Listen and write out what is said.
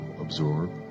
absorb